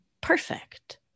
perfect